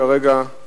וכאן המאבק הסיזיפי,